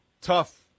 tough